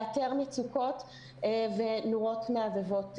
לאתר מצוקות ונורות מהבהבות,